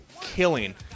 killing